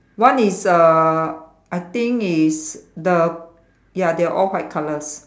one is uh I think is the ya they all white colours